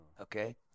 okay